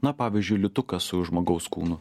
na pavyzdžiui liūtukas su žmogaus kūnu